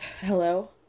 Hello